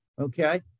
okay